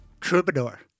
Troubadour